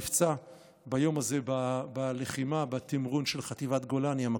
נפצע ביום הזה בלחימה בתמרון המקביל של חטיבת גולני.